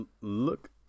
look